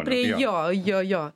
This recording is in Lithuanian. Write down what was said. prie jo jo